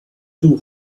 too